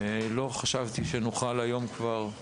לא חשבתי שנוכל להצביע כבר היום על